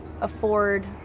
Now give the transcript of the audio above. afford